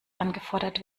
angefordert